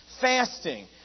Fasting